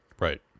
Right